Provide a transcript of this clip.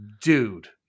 Dude